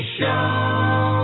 Show